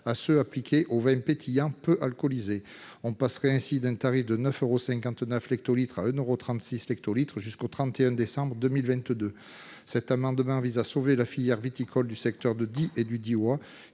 qui s'appliquent aux vins pétillants peu alcoolisés. On passerait ainsi d'un tarif de 9,59 euros l'hectolitre à 1,36 euro jusqu'au 31 décembre 2022. Cet amendement vise à sauver la filière viticole du secteur de Die et du Diois,